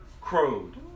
crowed